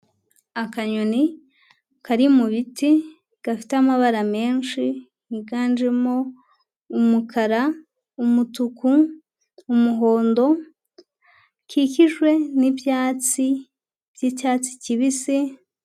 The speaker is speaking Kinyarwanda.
Akanyoni kari mu biti gafite amabara menshi higanjemo umukara, umutuku, umuhondo, hakikijwe n'ibyatsi by'icyatsi kibisi.